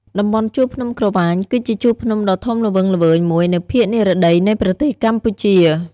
តំបន់ជួរភ្នំក្រវាញ គឺជាជួរភ្នំដ៏ធំល្វឹងល្វើយមួយនៅភាគនិរតីនៃប្រទេសកម្ពុជា។